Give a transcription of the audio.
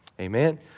Amen